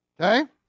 Okay